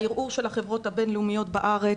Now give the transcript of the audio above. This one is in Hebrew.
לערעור של החברות הבין-לאומיות בארץ.